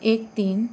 एक तीन